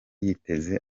yiteze